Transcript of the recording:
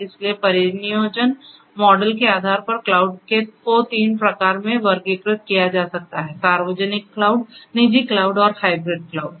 इसलिए परिनियोजन मॉडल के आधार पर क्लाउड को तीन प्रकारों में वर्गीकृत किया जा सकता है सार्वजनिक क्लाउड निजी क्लाउड और हाइब्रिड क्लाउड